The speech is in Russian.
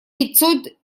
пятьсот